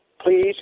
please